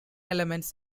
elements